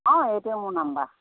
অঁ এইটোৱে মোৰ নাম্বাৰ